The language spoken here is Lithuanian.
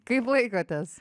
kaip laikotės